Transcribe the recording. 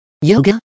Yoga